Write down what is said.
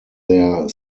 their